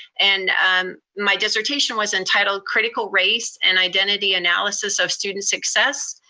and my dissertation was entitled, critical race and identity analysis of student success,